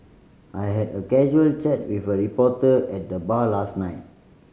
I had a casual chat with a reporter at the bar last night